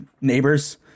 neighbors